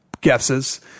guesses